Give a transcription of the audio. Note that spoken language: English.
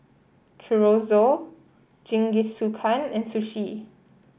Chorizo Jingisukan and Sushi